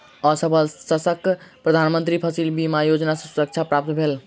असफल शस्यक प्रधान मंत्री फसिल बीमा योजना सॅ सुरक्षा प्राप्त भेल